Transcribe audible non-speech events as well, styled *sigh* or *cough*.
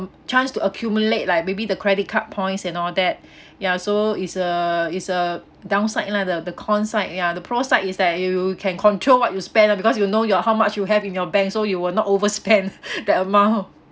chance to accumulate like maybe the credit card points and all that ya so is a is a downside lah the the cons side ya the pros side is that you can control what you spend ah because you know your how much you have in your bank so you will not overspend *laughs* that amount